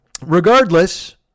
Regardless